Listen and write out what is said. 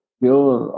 pure